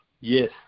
Yes